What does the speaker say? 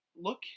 look